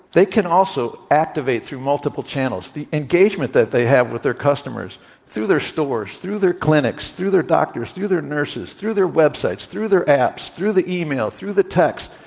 they can also activate through multiple channels the engagement that they have with their customers. it's through their stores, through their clinics, through their doctors, through their nurses, through their websites, through their apps, through the email, through the texts,